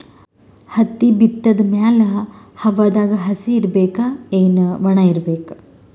ಹತ್ತಿ ಬಿತ್ತದ ಮ್ಯಾಲ ಹವಾದಾಗ ಹಸಿ ಇರಬೇಕಾ, ಏನ್ ಒಣಇರಬೇಕ?